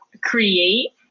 create